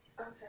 Okay